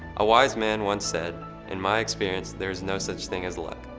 a wise man once said in my experience, there's no such thing as luck.